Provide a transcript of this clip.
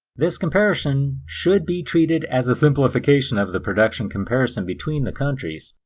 this comparison should be treated as a simplification of the production comparison between the countries,